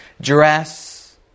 dress